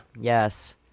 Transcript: Yes